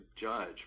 judge